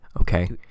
okay